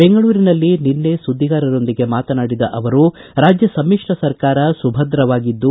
ಬೆಂಗಳೂರಿನಲ್ಲಿ ನಿನ್ನೆ ಸುದ್ದಿಗಾರರೊಂದಿಗೆ ಮಾತನಾಡಿದ ಅವರು ರಾಜ್ಯ ಸಮಿಶ್ರ ಸರ್ಕಾರ ಸುಭದ್ರವಾಗಿದ್ದು